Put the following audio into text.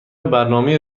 برنامه